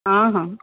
ହଁ ହଁ